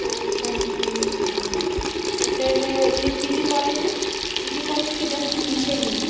तो धरस हाँ तो फ़िर यह पी जी कॉलेज है ना पी जी कॉलेज के जस्ट पीछे ही है